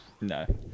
No